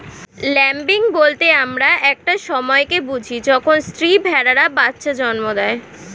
lambing বলতে আমরা একটা সময় কে বুঝি যখন স্ত্রী ভেড়ারা বাচ্চা জন্ম দেয়